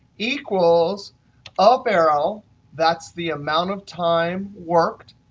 equals up arrow that's the amount of time worked,